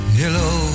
hello